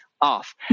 off